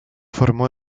formó